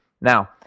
Now